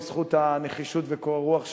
בזכות הנחישות וקור הרוח שלו,